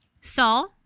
Saul